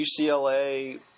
UCLA